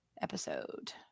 episode